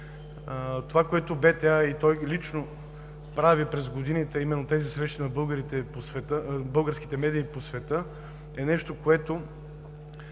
Това, което БТА и той лично прави през годините, а именно тези срещи на българските медии по света, е нещо, в което